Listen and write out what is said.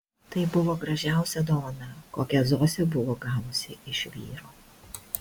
tai buvo gražiausia dovana kokią zosė buvo gavusi iš vyro